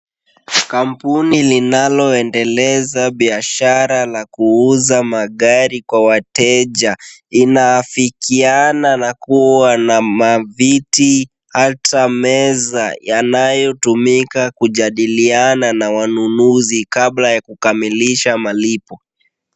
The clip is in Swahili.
Kampuni linaloendeleza biashara la kuuza magari kwa wateja inaafikiana na kuwa na maviti hata meza yanayotumika kujadiliana na wanunuzi kabla ya kukamilisha malipo.